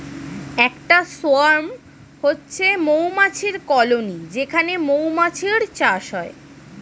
একটা সোয়ার্ম হচ্ছে মৌমাছির কলোনি যেখানে মৌমাছির চাষ হয়